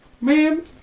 ma'am